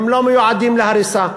לא מיועדים להריסה,